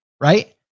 Right